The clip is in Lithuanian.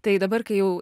tai dabar kai jau